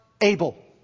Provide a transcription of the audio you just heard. able